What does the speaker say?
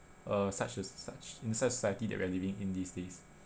uh such a such in such a society that we are living in these days